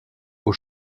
aux